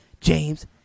James